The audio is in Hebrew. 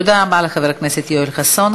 תודה רבה לחבר הכנסת יואל חסון.